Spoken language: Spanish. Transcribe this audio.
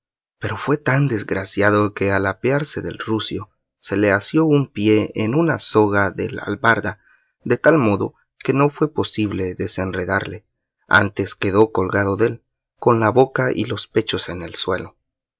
pero fue tan desgraciado que al apearse del rucio se le asió un pie en una soga del albarda de tal modo que no fue posible desenredarle antes quedó colgado dél con la boca y los pechos en el suelo